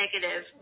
negative